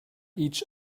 each